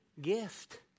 gift